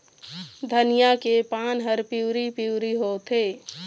धनिया के पान हर पिवरी पीवरी होवथे?